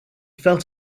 felt